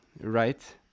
right